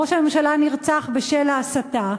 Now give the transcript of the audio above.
ראש הממשלה נרצח בשל ההסתה,